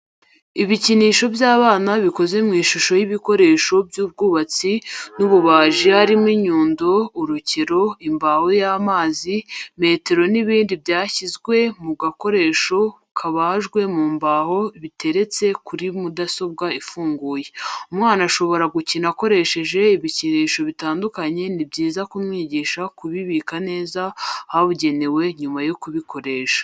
Ibikinisho by'abana bikoze mw'ishusho y'ibikoresho by'ubwubatsi n'ububaji harimo inyundo, urukero, imbaho y'amazi, metero n'ibindi byashyizwe mu gakoresho kabajwe mu mbaho biteretse kuri mudasobwa ifunguye. umwana ashobora gukina akoresheje ibikinisho bitandukanye ni byiza kumwigisha kubibika neza ahabugenewe nyuma yo kubikoresha.